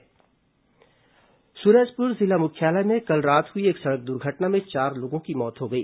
हादसा सूरजपुर जिला मुख्यालय में कल रात हुई एक सड़क दुर्घटना में चार लोगों की मौत हो गई